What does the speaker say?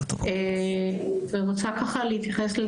אני רוצה להתייחס.